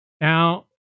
Now